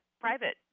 private